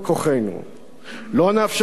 לא נאפשר לך להכשיר את ההשתמטות.